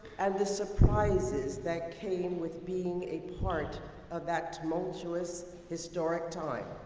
and the surprises that came with being a part of that tumultuous, historic time.